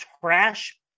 trash